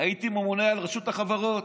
הייתי ממונה על רשות החברות,